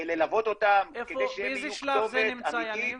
ללוות אותם, כדי שהם יהיו כתובת אמיתית.